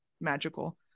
magical